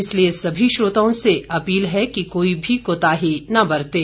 इसलिए सभी श्रोताओं से अपील है कि कोई भी कोताही न बरतें